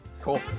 Cool